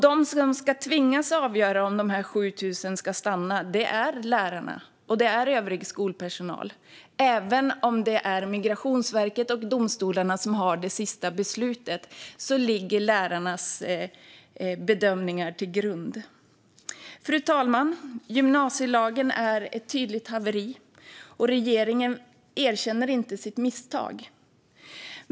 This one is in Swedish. De som ska tvingas avgöra om dessa 7 000 ska få stanna är lärarna och övrig skolpersonal. Även om det är Migrationsverket och domstolarna som fattar det sista beslutet ligger lärarnas bedömningar till grund för detta. Fru talman! Gymnasielagen är ett tydligt haveri, och regeringen erkänner inte sitt misstag.